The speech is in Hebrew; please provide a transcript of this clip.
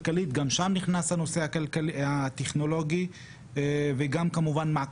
כשמישהי נפגעת או כשמישהו נפגע אז הוא נפגע בגופו,